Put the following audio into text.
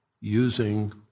using